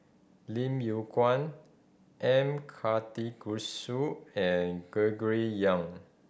Lim Yew Kuan M Karthigesu and Gregory Yong